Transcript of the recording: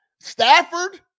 Stafford